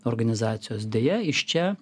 organizacijos deja iš čia